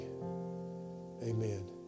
amen